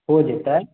हो जेतनि